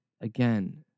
again